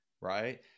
right